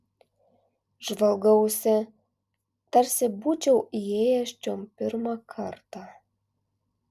žvalgausi tarsi būčiau įėjęs čion pirmą kartą